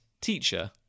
teacher